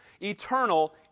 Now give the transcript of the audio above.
eternal